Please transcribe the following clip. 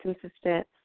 consistent